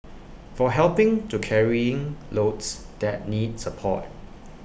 for helping to carrying loads that need support